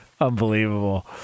Unbelievable